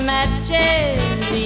Matches